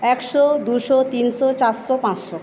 একশো দুশো তিনশো চারশো পাঁচশো